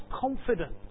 confidence